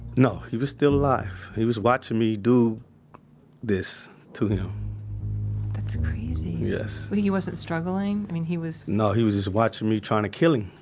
no, he was still alive. he was watching me do this to him that's crazy yes but he wasn't struggling. i mean he was, no, he was just watching me trying to kill him,